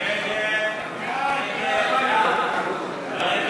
ההצעה להסיר מסדר-היום